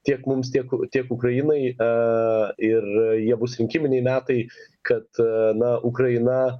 tiek mums tiek tiek ukrainai a ir jie bus rinkiminiai metai kad na ukraina